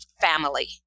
family